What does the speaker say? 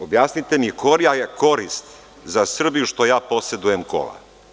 Objasnite mi - koja je korist za Srbiju što ja posedujem kola?